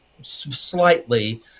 slightly